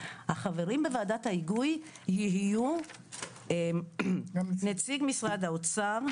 החברים בוועדת ההיגוי יהיו גם נציג משרד האוצר,